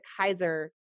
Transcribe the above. Kaiser